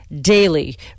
daily